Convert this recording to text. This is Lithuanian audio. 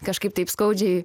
kažkaip taip skaudžiai